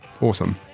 awesome